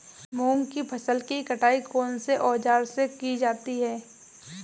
मूंग की फसल की कटाई कौनसे औज़ार से की जाती है?